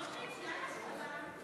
סמוטריץ,